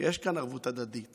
שיש כאן ערבות הדדית